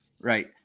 right